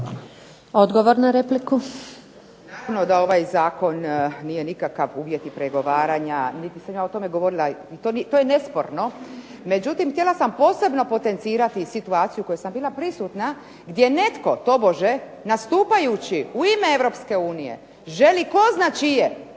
Odgovor na repliku.